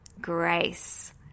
grace